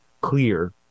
clear